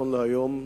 נכון להיום,